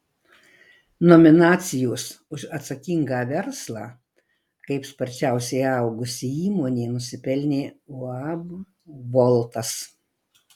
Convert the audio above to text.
nominacijos už atsakingą verslą kaip sparčiausiai augusi įmonė nusipelnė uab voltas